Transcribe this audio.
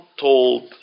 told